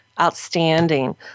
outstanding